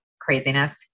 Craziness